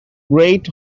great